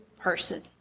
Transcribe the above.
person